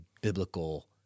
biblical